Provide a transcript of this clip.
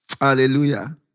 Hallelujah